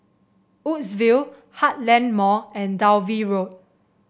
Woodsville Heartland Mall and Dalvey Road